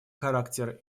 характер